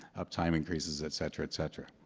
uptime increases, et cetera, et cetera.